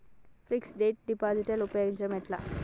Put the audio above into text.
Fix డ్ deposit ఉపయోగం ఏంటి?